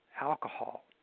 alcohol